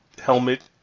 helmet